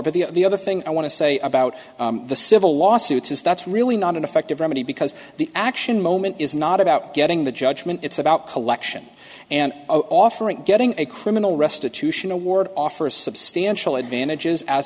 but the other thing i want to say about the civil lawsuits is that's really not an effective remedy because the action moment is not about getting the judgment it's about collection and offering getting a criminal restitution award offer a substantial advantages as